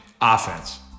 offense